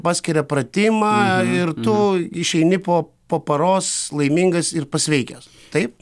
paskiria pratimą ir tu išeini po po paros laimingas ir pasveikęs taip